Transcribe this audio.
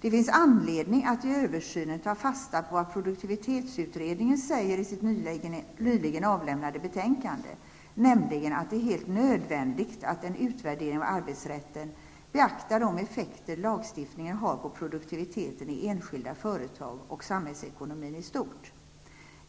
Det finns anledning att i översynen ta fasta på vad produktivitetsutredningen säger i sitt nyligen avlämnade betänkande, nämligen att det är helt nödvändigt att en utvärdering av arbetsrätten beaktar de effekter lagstiftningen har på produktiviteten i enskilda företag och samhällsekonomin i stort.